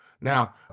Now